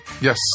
Yes